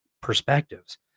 perspectives